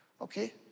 Okay